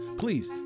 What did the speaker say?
please